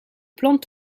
plantes